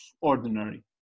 ordinary